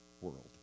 world